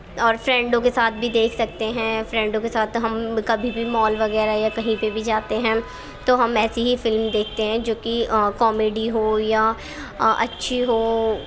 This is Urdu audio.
اور فرینڈوں کے ساتھ بھی دیکھ سکتے ہیں فرینڈوں کے ساتھ تو ہم کبھی بھی مال وغیرہ یا کہیں پہ بھی جاتے ہیں تو ہم ایسی ہی فلم دیکھتے ہیں جوکہ کامیڈی ہو یا اچھی ہو